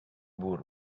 بور